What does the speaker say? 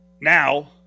now